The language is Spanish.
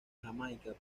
jamaica